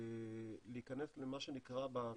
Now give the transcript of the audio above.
להיכנס למה שנקרא בתחום,